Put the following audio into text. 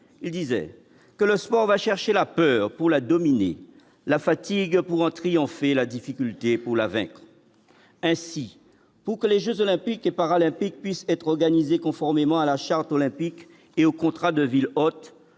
et disait que le soir, on va chercher la peur pour la dominer la fatigue pour en triompher la difficulté pour la vaincre ainsi pour que les Jeux olympiques et paralympiques puisse être organisé, conformément à la charte olympique et au contrat de ville hôte,